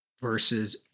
versus